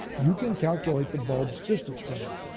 you can calculate the bulb's distance from you.